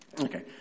Okay